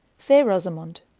fair rosamond